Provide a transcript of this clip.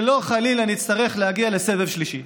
שלא חלילה נצטרך להגיע לסבב שלישי,